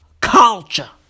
culture